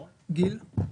גיל,